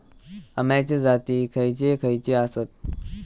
अम्याचे जाती खयचे खयचे आसत?